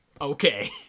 Okay